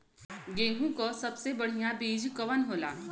गेहूँक सबसे बढ़िया बिज कवन होला?